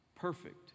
Perfect